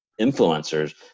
influencers